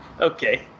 Okay